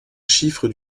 chiffre